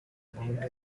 bound